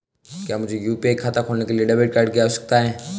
क्या मुझे यू.पी.आई खाता खोलने के लिए डेबिट कार्ड की आवश्यकता है?